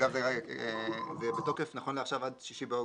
אגב, זה בתוקף, נכון לעכשיו, עד 6 באוגוסט.